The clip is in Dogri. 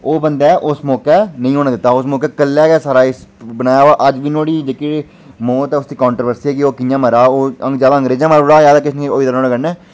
ओह् बंदे उस मौके नेईं होन दित्ता हा उस मौके कल्लै गै सारा किश बनाया हा ते अज्ज गै नुआढ़ी जेह्की मौत ऐ उसदी कंटरोबरसी ऐ कि ओह् कि'यां मरा हा ओह् जां ते अंग्रेजे मारी ओड़ेआ हा जे ते किश होई गेआ नुआढ़े कन्नै